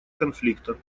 конфликта